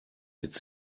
its